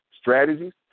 strategies